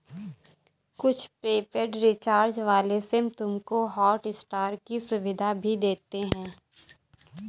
कुछ prepaid recharge वाले SIM तुमको हॉटस्टार की सुविधा भी देते हैं